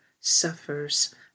suffers